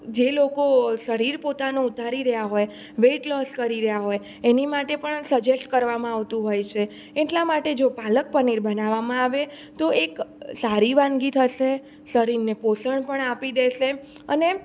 જે લોકો શરીર પોતાનું ઉતારી રહ્યા હોય વેટ લોસ કરી રહ્યા હોય એની માટે પણ સજેસ્ટ કરવામાં આવતું હોય છે એટલા માટે જો પાલક પનીર બનાવવામાં આવે તો એક સારી વાનગી થશે શરીરને પોષણ પણ આપી દેશે અને